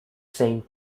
saint